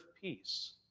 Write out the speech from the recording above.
peace